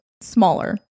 smaller